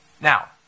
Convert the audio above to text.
Now